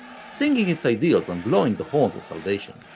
singing its ideals and blowing the horns of salvation.